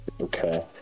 okay